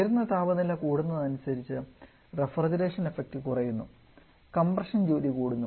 ഉയർന്ന താപനില കൂടുന്നതനുസരിച്ച് റഫ്രിജറേഷൻ എഫക്റ്റ് കുറയുന്നു കംപ്രഷൻ ജോലി കൂടുന്നു